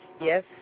Yes